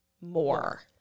more